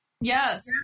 Yes